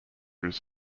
was